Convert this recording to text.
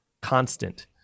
constant